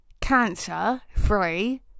cancer-free